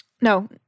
No